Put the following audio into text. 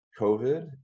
COVID